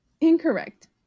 incorrect